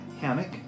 hammock